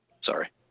sorry